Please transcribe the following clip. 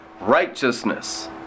righteousness